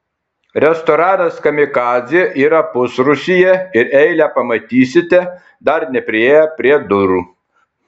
restoranas kamikadzė yra pusrūsyje ir eilę pamatysite dar nepriėję prie durų